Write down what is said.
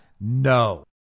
No